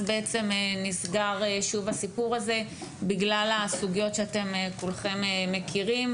זה שוב נסגר בגלל הסוגיות שכולכם מכירים.